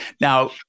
now